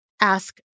ask